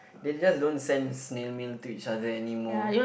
they just don't send snail mail to each other any more